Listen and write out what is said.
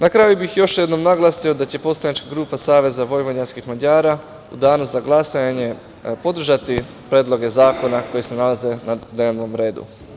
Na kraju bih još jednom naglasio da će poslanička grupa SVM u danu za glasanje podržati predloge zakona koji se nalaze na dnevnom redu.